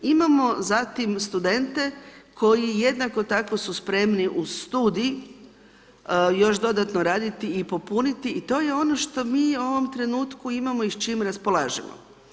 Imamo zatim studente koji jednako tako su spremni uz studij još dodatno raditi i popuniti i to je ono što mi u ovom trenutku imamo i s čim raspolažemo.